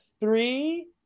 three